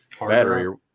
Battery